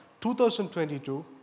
2022